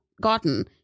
gotten